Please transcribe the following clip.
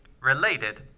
related